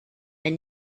and